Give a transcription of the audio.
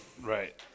Right